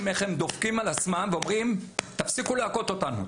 דופקים על עצמם ואומרים: תפסיקו להכות אותנו,